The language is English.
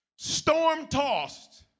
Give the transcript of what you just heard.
Storm-tossed